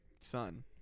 son